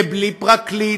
ובלי פרקליט,